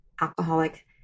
alcoholic